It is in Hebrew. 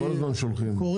כל הזמן שולחים.